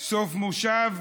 סוף מושב,